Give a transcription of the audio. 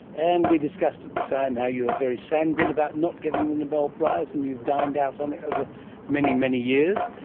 and we discussed at the time how you were ah very sanguine about not getting the nobel prize, and you've dined out on it over many, many years.